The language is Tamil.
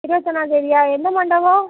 இருபத்தொன்னாந்தேதியா எந்த மண்டபம்